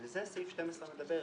על זה סעיף 12 מדבר.